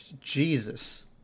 Jesus